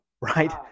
right